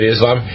Islam